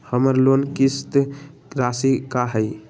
हमर लोन किस्त राशि का हई?